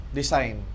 design